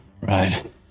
Right